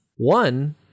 One